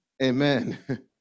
Amen